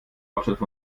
hauptstadt